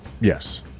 Yes